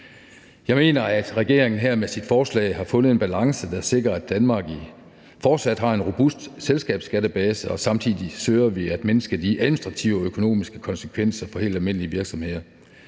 Jeg mener, at regeringen her med sit forslag har fundet en balance, der sikrer, at Danmark fortsat har en robust selskabsskattebase, og samtidig søger vi at mindske de administrative og økonomiske konsekvenser for helt almindelige virksomheder.